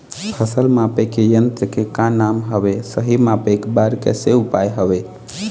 फसल मापे के यन्त्र के का नाम हवे, सही मापे बार कैसे उपाय हवे?